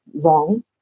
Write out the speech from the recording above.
wrong